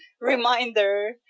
reminder